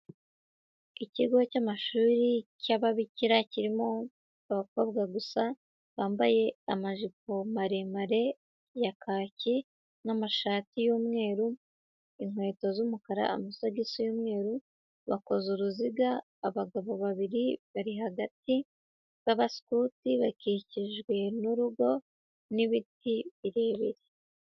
Ikigo cy'amashuri cy'ababikira kirimo abakobwa gusa bambaye amajipo maremare ya kaki n'amashati y'umweru, inkweto z'umukara, amasogisi y'umweru, bakoze uruziga, abagabo babiri bari hagati b'abasikuti, bakikijwe n'urugo n'ibiti birebire.